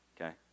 Okay